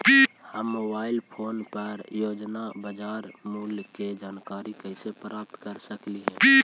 हम mobile phone पर रोजाना बाजार मूल्य के जानकारी कैसे प्राप्त कर सकली हे?